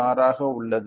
6 ஆக உள்ளது